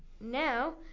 now